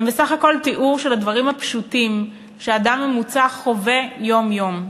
הם בסך הכול תיאור של הדברים הפשוטים שאדם ממוצע חווה יום-יום.